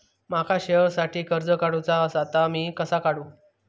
माका शेअरसाठी कर्ज काढूचा असा ता मी कसा काढू?